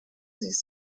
sich